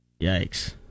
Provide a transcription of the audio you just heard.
Yikes